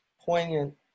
poignant